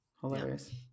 Hilarious